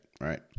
right